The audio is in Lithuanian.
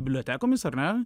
bibliotekomis ar ne